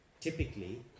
typically